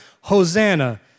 Hosanna